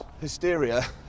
hysteria